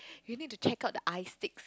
you need to check out the iSteaks